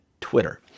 Twitter